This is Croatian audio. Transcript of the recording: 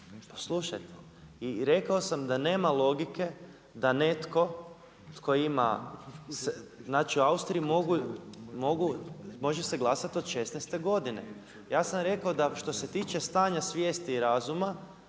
poslušajte. I rekao sam da nema logike da netko tko ima znači u Austriji može se glasati od 16 godine. Ja sam rekao da što se tiče stanja svijesti i razuma